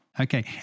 Okay